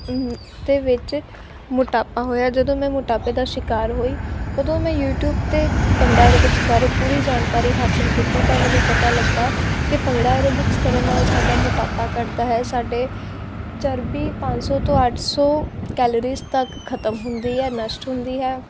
ਦੇ ਵਿੱਚ ਮੋਟਾਪਾ ਹੋਇਆ ਜਦੋਂ ਮੈਂ ਮੋਟਾਪੇ ਦਾ ਸ਼ਿਕਾਰ ਹੋਈ ਉਦੋਂ ਮੈਂ ਯੂਟੀਊਬ 'ਤੇ ਭੰਗੜਾ ਐਰੋਬਿਕਸ ਬਾਰੇ ਪੂਰੀ ਜਾਣਕਾਰੀ ਹਾਸਿਲ ਕੀਤੀ ਤਾਂ ਮੈਨੂੰ ਪਤਾ ਲੱਗਿਆ ਕਿ ਭੰਗੜਾ ਐਰੋਬਿਕਸ ਕਰਨ ਨਾਲ ਸਾਡਾ ਮੋਟਾਪਾ ਘਟਦਾ ਹੈ ਸਾਡੇ ਚਰਬੀ ਪੰਜ ਸੋ ਤੋਂ ਅੱਠ ਸੌ ਕੈਲੋਰੀਜ ਤੱਕ ਖਤਮ ਹੁੰਦੀ ਹੈ ਨਸ਼ਟ ਹੁੰਦੀ ਹੈ